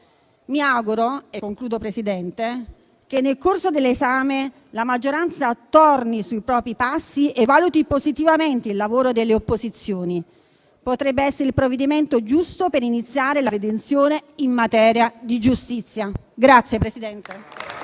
Mi auguro - e concludo Presidente - che nel corso dell'esame la maggioranza torni sui propri passi e valuti positivamente il lavoro delle opposizioni. Potrebbe essere il provvedimento giusto per iniziare la redenzione in materia di giustizia.